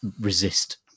resist